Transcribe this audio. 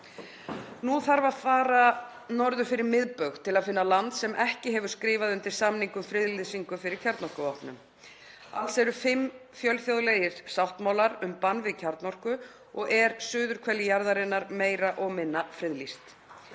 Nú þarf að fara norður fyrir miðbaug til að finna land sem ekki hefur skrifað undir samning um friðlýsingu fyrir kjarnorkuvopnum. Alls eru fimm fjölþjóðlegir sáttmálar um bann við kjarnorku og er suðurhvel jarðarinnar meira og minna friðlýst.